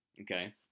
Okay